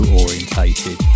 orientated